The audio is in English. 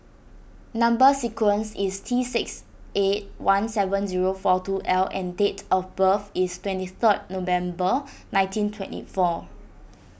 Number Sequence is T six eight one seven zero four two L and date of birth is twenty third November nineteen twenty four